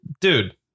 dude